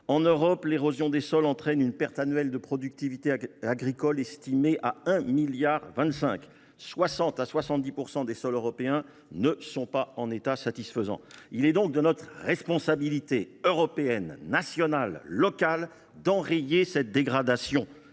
en Europe, l’érosion des sols entraîne une perte annuelle de productivité agricole estimée à 1,25 milliard d’euros. On estime que 60 % à 70 % des sols européens ne sont pas en état satisfaisant. Il est donc de notre responsabilité – européenne, nationale, locale – d’enrayer cette dégradation.